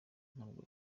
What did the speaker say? ntabwo